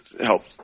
help